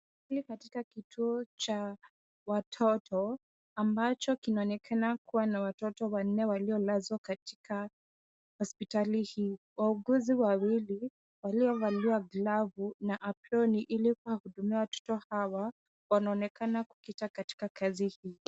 Hili katika kituo cha watoto ambacho kinaonekana kuwa na watoto wanne waliolazwa katika hospitali hii. Wauguzi wawili waliovalia glavu na aproni ili kuwahudumia watoto hawa wanaonekana kukita katika kazi hii.